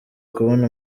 kubona